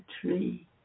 tree